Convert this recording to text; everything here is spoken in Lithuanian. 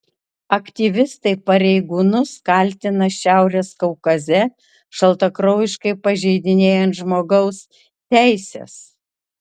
aktyvistai pareigūnus kaltina šiaurės kaukaze šaltakraujiškai pažeidinėjant žmogaus teises